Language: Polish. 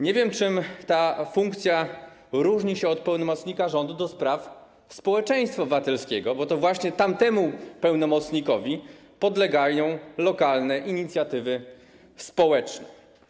Nie wiem, czym ta funkcja różni się od funkcji pełnomocnika rządu do spraw społeczeństwa obywatelskiego, bo to właśnie temu pełnomocnikowi podlegają lokalne inicjatywy społeczne.